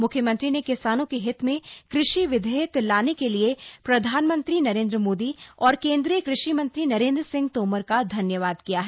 मुख्यमंत्री ने किसानों के हित में कृषि विधेयक लाने के लिए प्रधानमंत्री नरेन्द्र मोदी और केंद्रीय कृषि मंत्री नरेन्द्र सिंह तोमर का धन्यवाद किया है